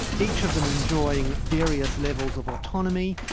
each of them enjoying various levels of autonomy,